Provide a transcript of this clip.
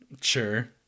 Sure